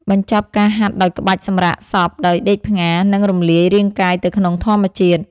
បញ្ចប់ការហាត់ដោយក្បាច់សម្រាកសព ដោយដេកផ្ងារ និងរំលាយរាងកាយទៅក្នុងធម្មជាតិ។